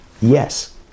yes